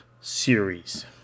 series